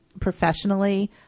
professionally